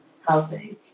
housing